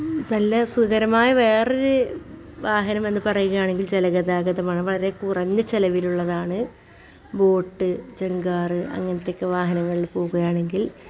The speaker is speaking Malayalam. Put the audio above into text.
നല്ല സുഖകരമായ വേറൊരു വാഹനമെന്ന് പറയുകയാണെങ്കിൽ ജലഗതാഗതമാണ് വളരെ കുറഞ്ഞ ചിലവിലുള്ളതാണ് ബോട്ട് ജങ്കാർ അങ്ങനത്തെ ഒക്കെ വാഹനങ്ങളിൽ പോവുകയാണെങ്കിൽ